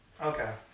Okay